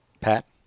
pat